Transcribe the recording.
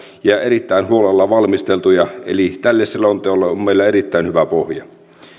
ja erittäin huolella valmisteltuja eli tälle selonteolle on meillä erittäin hyvä pohja